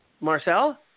Marcel